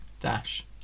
dash